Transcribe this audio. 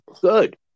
good